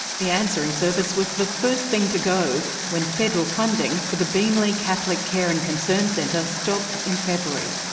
the answering service was the first thing to go when federal funding for the beenleigh catholic care and concern centre stopped in february.